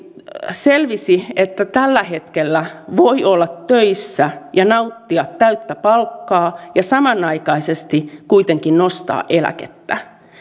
selvisi että tällä hetkellä voi olla töissä ja nauttia täyttä palkkaa ja samanaikaisesti kuitenkin nostaa eläkettä